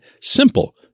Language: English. simple